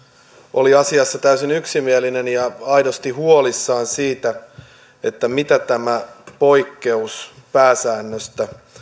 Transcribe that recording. oli asiassa täysin yksimielinen ja aidosti huolissaan siitä mitä tämä poikkeus pääsäännöstä